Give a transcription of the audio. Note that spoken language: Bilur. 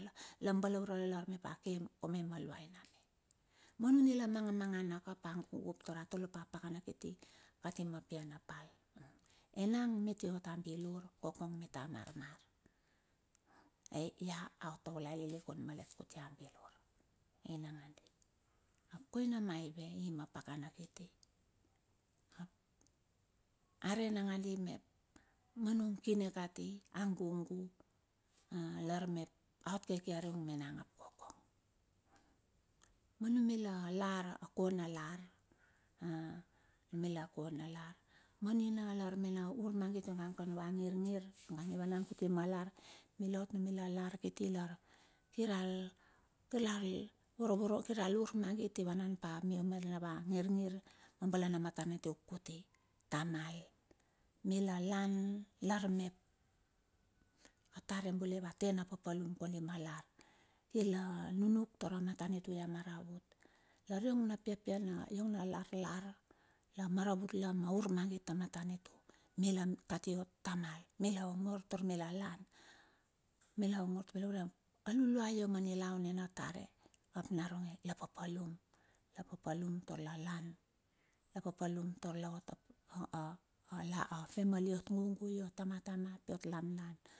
La balaure lar mep a kim onge ma luaina me, manumila mangamangana ka ap agugu, tar a tole pa a pakana kiti kati ma pianapal. Enang miti ot a bilur, kokong mitua marmar, aia ot taulai lilikun malet kuti a bilur inangandi, ap koina maive i ma pakana kiti, ap are nakandi mep ma nung kine kati a gugu lar mep aot keke are me nang ap kokong. Ma numila lar a kona lar, numila kona lar. Manina la mena urmagit ing kan a va ngirngir kir al vorovoro ur magit ivanan pa rina va ngir ngir ma balana matanitu kut, tamal mila lan lar mep atare bule ava tena papalum kondi ma lar, kir la nunuk tara matanitu ia maravut, lar iongna piapia iong na lar lar la maravut la urmagit a matanitu, mila kati ot tamal, mila ongor tar mila lan, mila ongor kaule urep a luluai ia ma nilaun nina tare ap naronge la papalum. La papalum taur. Ian la paplum tar la tar a family iot gugu itama tama iot lanlan.